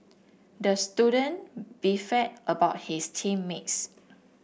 the student beefed about his team mates